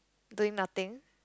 doing nothing